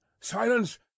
Silence